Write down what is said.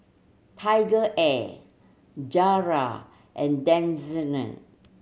TigerAir Zara and